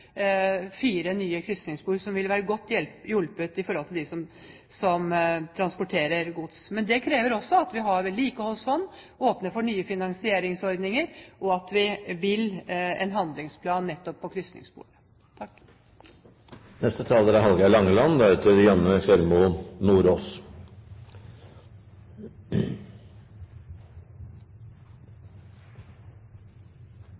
fire nye krysningsspor, som vil være god hjelp for dem som transporterer gods. Men det krever også at man har vedlikeholdsfond, åpner for nye finansieringsordninger og har en handlingsplan nettopp for krysningsspor. Slik eg forstår Høgres Dokument 8-forslag, er det sannsynlegvis lagt fram for å få fokus på